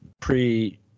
pre